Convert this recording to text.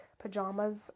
pajamas